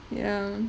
ya